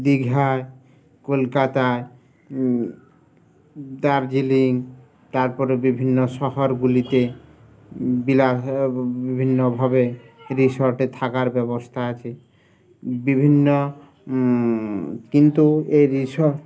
দীঘায় কলকাতায় দার্জিলিং তারপরে বিভিন্ন শহরগুলিতে বি বিভিন্নভাবে রিসর্টে থাকার ব্যবস্থা আছে বিভিন্ন কিন্তু এই রিসর্ট